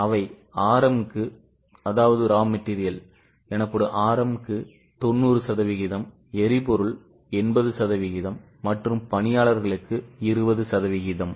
அவை RMக்கு 90 சதவீதம் எரிபொருள் 80 மற்றும் பணியாளர்களுக்கு 20 சதவிகிதம்